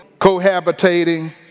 cohabitating